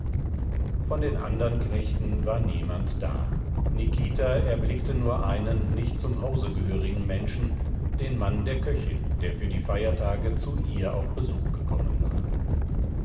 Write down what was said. von den andern knechten war niemand da nikita erblickte nur einen nicht zum hause gehörigen menschen den mann der köchin der für die feiertage zu ihr auf besuch gekommen war